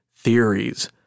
Theories